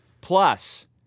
plus